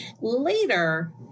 later